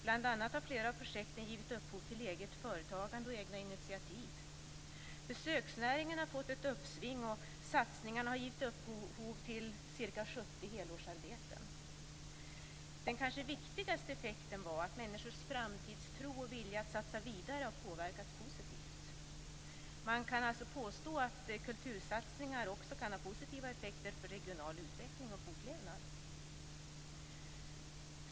Bl.a. har flera av projekten givit upphov till eget företagande och egna initiativ. Besöksnäringarna har fått ett uppsving och satsningarna har givit upphov till ca 70 helårsarbeten. Den kanske viktigaste effekten är att människors framtidstro och vilja att satsa vidare har påverkats positivt. Man kan alltså påstå att kultursatsningar också kan ha positiva effekter för regional utveckling och fortlevnad.